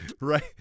right